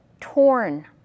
Torn